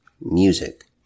music